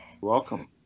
Welcome